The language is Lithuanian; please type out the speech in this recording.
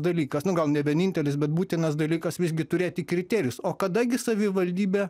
dalykas nu gal ne vienintelis bet būtinas dalykas visgi turėti kriterijus o kada gi savivaldybė